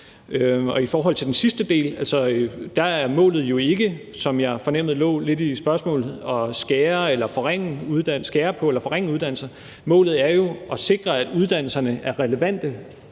I forhold til den sidste del kan jeg sige, at målet jo ikke er, som jeg fornemmede lå lidt i spørgsmålet, at skære på eller forringe uddannelser; målet er jo at sikre, at uddannelserne er relevante,